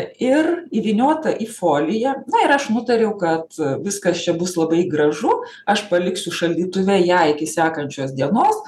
ir įvyniota į foliją na ir aš nutariau kad viskas čia bus labai gražu aš paliksiu šaldytuve ją iki sekančios dienos